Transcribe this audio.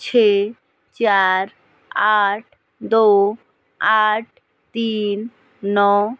छः चार आठ दो आठ तीन नौ